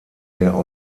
der